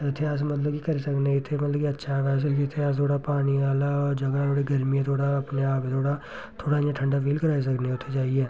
जित्थै अस मतलब कि करी सकने इत्थें मतलब कि अच्छा जित्थें अस थोह्ड़ा पानी आह्ला जगह् गर्मियां थोह्ड़ा अपने आप गी थोह्ड़ा थोह्ड़ा इयां ठंडा फील कराई सकने उत्थें जाइयै